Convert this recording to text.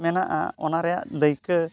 ᱢᱮᱱᱟᱜᱼᱟ ᱚᱱᱟᱨᱮᱭᱟᱜ ᱫᱟᱹᱭᱠᱟᱹ